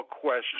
question